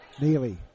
Neely